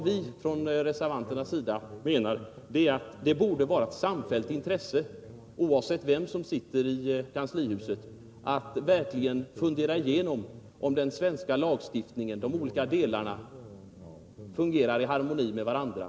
Vi reservanter anser att det bör vara ett samfällt intresse, oavsett vem som sitter i kanslihuset, att verkligen fundera igenom om de olika delarna i den svenska lagstiftningen fungerar i harmoni med varandra.